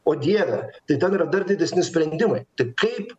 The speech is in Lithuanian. o dieve tai ten yra dar didesni sprendimai tai kaip